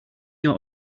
your